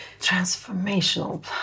Transformational